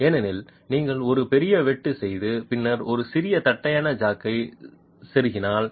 ஏனெனில் நீங்கள் ஒரு பெரிய வெட்டு செய்து பின்னர் ஒரு சிறிய தட்டையான ஜாக்கை செருகினால்